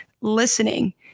listening